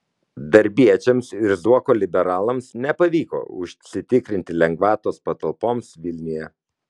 darbiečiams ir zuoko liberalams nepavyko užsitikrinti lengvatos patalpoms vilniuje